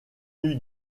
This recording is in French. eût